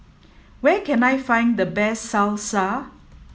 where can I find the best Salsa